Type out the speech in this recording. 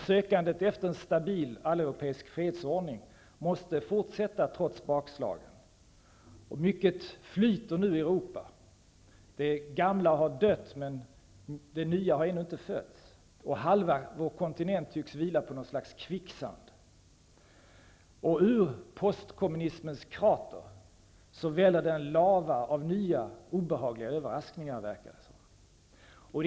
Sökandet efter en stabil all-europeisk fredsordning måste fortsätta, trots bakslagen. Mycket flyter nu i Europa. Det gamla har dött, men det nya har ännu inte fötts. Halva vår kontinent tycks vila på något slags kvicksand. Ur postkommunismens krater väller lava av nya, obehagliga överraskningar, verkar det.